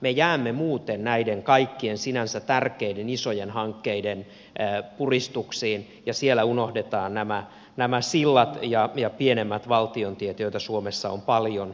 me jäämme muuten näiden kaikkien sinänsä tärkeiden isojen hankkeiden puristuksiin ja siellä unohdetaan nämä sillat ja pienemmät valtion tiet joita suomessa on paljon